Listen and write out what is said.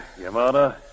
Yamada